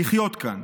לחיות כאן.